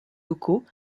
locaux